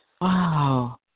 Wow